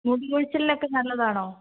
മുടി കൊഴിച്ചലിനൊക്കെ നല്ലതാണോ